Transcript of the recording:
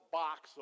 box